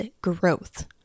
growth